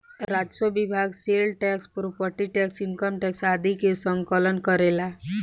राजस्व विभाग sale tax property tax income tax आदि के संकलन करेला